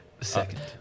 Second